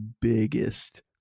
biggest